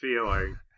feeling